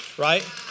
Right